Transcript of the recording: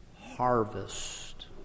Harvest